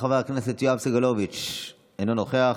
חבר הכנסת יואב סגלוביץ' אינו נוכח,